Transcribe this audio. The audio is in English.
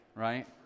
Right